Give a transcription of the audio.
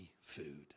food